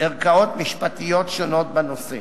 ערכאות משפטיות שונות בנושא.